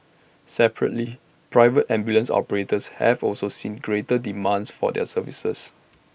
separately private ambulance operators have also seen greater demand for their services